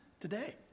today